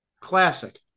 Classic